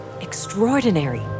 Extraordinary